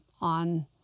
on